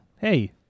Hey